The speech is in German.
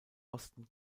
osten